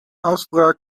afspraak